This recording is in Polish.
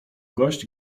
gość